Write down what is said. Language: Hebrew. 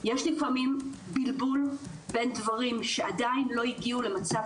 יש לפעמים בלבול בין דברים שעדיין לא הגיעו למצב